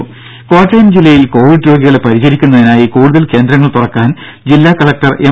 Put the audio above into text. ദ്ദേ കോട്ടയം ജില്ലയിൽ കോവിഡ് രോഗികളെ പരിചരിക്കുന്നതായി കൂടുതൽ കേന്ദ്രങ്ങൾ തുറക്കാൻ ജില്ലാ കലക്ടർ എം